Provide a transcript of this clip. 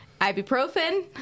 ibuprofen